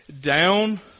down